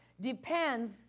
depends